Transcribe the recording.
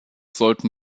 sollten